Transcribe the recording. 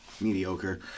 mediocre